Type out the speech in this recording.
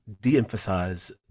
de-emphasize